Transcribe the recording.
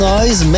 Noise